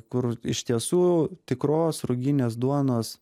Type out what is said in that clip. kur iš tiesų tikros ruginės duonos